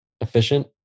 efficient